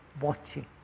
watching